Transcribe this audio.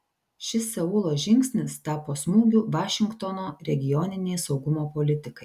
šis seulo žingsnis tapo smūgiu vašingtono regioninei saugumo politikai